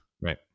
right